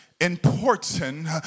important